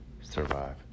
survive